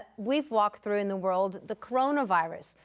we've walked through, in the world, the coronavirus.